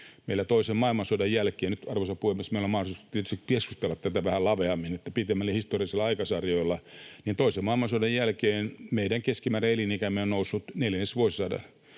Toisen maailmansodan jälkeen — arvoisa puhemies, meillä on nyt mahdollisuus tietysti keskustella tästä vähän laveammin, pidemmillä historiallisilla aikasarjoilla — meidän keskimääräinen elinikämme on noussut neljännesvuosisadan.